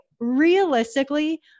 realistically